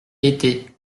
été